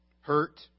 hurt